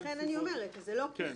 אז לכן אני אומרת שזה לא "ככלל",